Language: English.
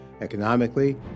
Economically